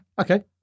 Okay